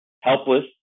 helpless